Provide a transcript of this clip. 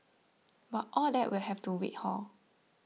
but all that will have to wait hor